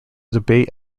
debate